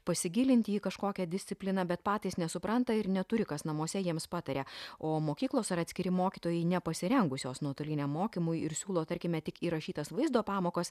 pasigilinti į kažkokią discipliną bet patys nesupranta ir neturi kas namuose jiems pataria o mokyklos ar atskiri mokytojai nepasirengusios nuotoliniam mokymui ir siūlo tarkime tik įrašytas vaizdo pamokas